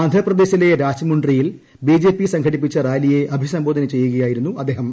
ആന്ധ്രാപ്രദേശിലെ രാജ്മുപ്ര ിയിൽ ബിജെപി സംഘടിപ്പിച്ച റാലിയെ അഭിസംബോധന ചെയ്യുകയായിരുന്നു അദ്ദേഹം